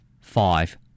Five